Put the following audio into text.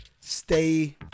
Stay